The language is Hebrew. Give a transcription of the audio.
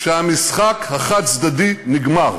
שהמשחק החד-צדדי נגמר